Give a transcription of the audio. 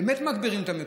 באמת מגבירים את המצוקה.